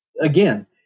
Again